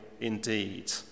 indeed